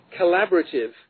collaborative